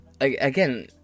Again